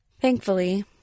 Thankfully